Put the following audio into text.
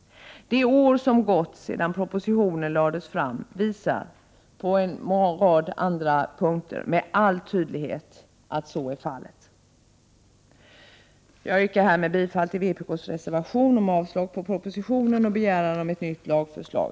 Det år som gått sedan propositionen lades fram visar på en rad andra punkter med all tydlighet att så är fallet. Jag yrkar härmed bifall till vpk:s reservation nr 2, om avslag på propositionen och begäran om ett nytt lagförslag.